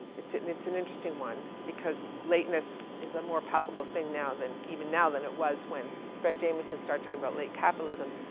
it's an, it's an interesting one, because lateness is a more palpable thing now than, even now than it was when fred jameson started talking about late capitalism.